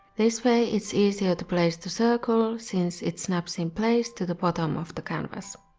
this way it's easier to place the circle, since it snaps in place to the bottom of the canvas.